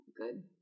Good